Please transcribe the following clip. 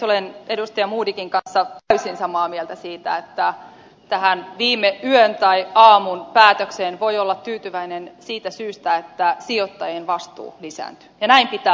olen edustaja modigin kanssa täysin samaa mieltä siitä että tähän viime yön tai aamun päätökseen voi olla tyytyväinen siitä syystä että sijoittajien vastuu lisääntyy ja näin pitää ollakin